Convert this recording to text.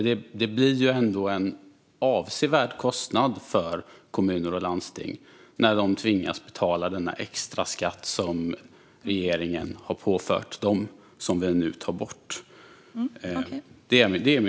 Det blir ju ändå en avsevärd kostnad för kommuner och landsting när de tvingas betala denna extra skatt som regeringen har påfört dem och som vi nu tar bort.